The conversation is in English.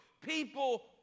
people